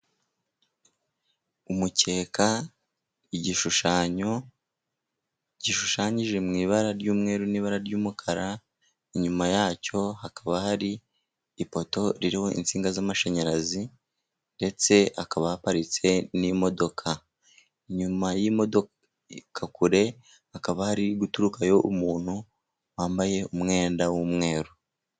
Umukeka igishushanyo gishushanyije, mu ibara ry'umweru n'ibara ry'umukara, inyuma yacyo hakaba hari ipoto ririho insinga z'amashanyarazi ndetse hakaba haparitse n'imodoka, inyuma y'imodoka kure, hakaba hari guturukayo umuntu, wambaye umwenda w'umweru.